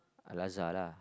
Al-Azhar lah